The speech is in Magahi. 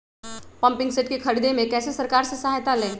पम्पिंग सेट के ख़रीदे मे कैसे सरकार से सहायता ले?